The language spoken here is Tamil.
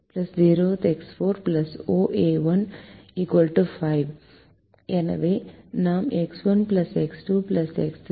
எனவே நாம் X1 X2 X3 0X4 0a1 5